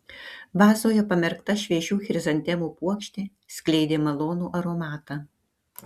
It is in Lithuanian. vazoje pamerkta šviežių chrizantemų puokštė skleidė malonų aromatą